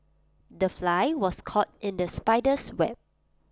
the fly was caught in the spider's web